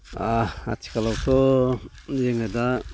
आथिखालावथ' जोंना दा